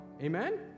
Amen